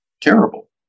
terrible